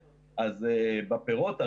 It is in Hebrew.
בפירות,